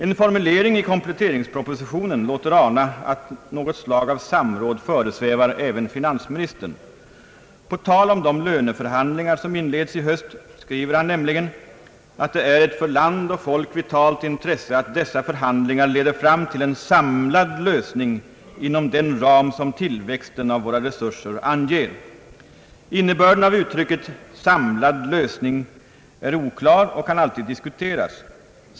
En formulering i kompletteringspropositionen låter ana att något slag av samråd föresvävar även finansministern. På tal om de löneförhandlingar som inleds i höst skriver han nämligen att det är ett för land och folk vitalt intresse, att dessa förhandlingar leder fram till en samlad lösning inom den ram som tillväxten av våra resurser anger. Innebörden av uttrycket »samlad lösning» är oklar och kan alltid diskuteras.